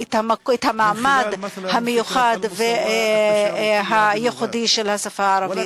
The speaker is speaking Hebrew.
את המעמד המיוחד והייחודי של השפה הערבית,